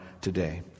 today